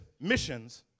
missions